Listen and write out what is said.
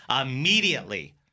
immediately